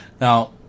Now